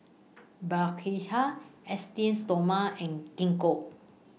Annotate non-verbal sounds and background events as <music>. <unintelligible> Esteem Stoma and Gingko